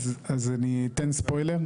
אז אני אתן "ספוילר"